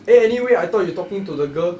eh anyway I thought you talking to the girl